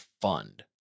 fund